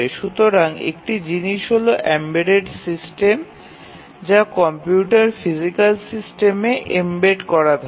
সুতরাং একটি জিনিস হল এমবেডড সিস্টেম যা কম্পিউটার ফিজিক্যাল সিস্টেমে এম্বেড করা থাকে